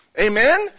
Amen